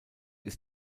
ist